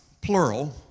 plural